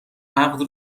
عقد